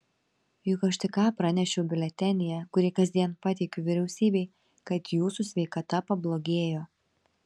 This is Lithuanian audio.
juk aš tik ką pranešiau biuletenyje kurį kasdien pateikiu vyriausybei kad jūsų sveikata pablogėjo